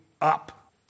up